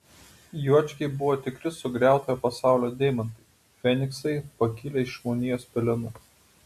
juočkiai buvo tikri sugriautojo pasaulio deimantai feniksai pakilę iš žmonijos pelenų